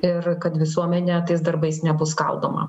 ir kad visuomenė tais darbais nebus skaldoma